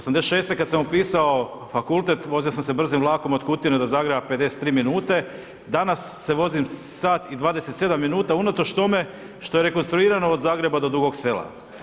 86.-e kad sam upisao fakultet vozio sam se brzim vlakom od Kutine do Zagreba 53 minute, danas se vozim sat i 27 minuta unatoč tome što je rekonstruirano od Zagreba do Dugog Sela.